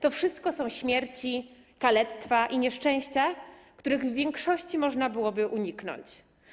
To wszystko są śmierci, kalectwa i nieszczęścia, których w większości można byłoby uniknąć.